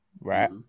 Right